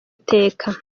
iteka